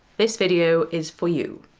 this video is for you.